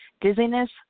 dizziness